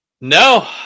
No